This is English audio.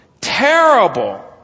terrible